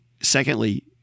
secondly